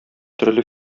төрле